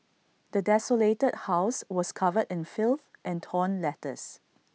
the desolated house was covered in filth and torn letters